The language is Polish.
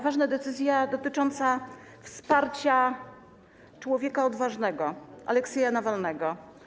Ważna decyzja dotycząca wsparcia człowieka odważnego - Aleksieja Nawalnego.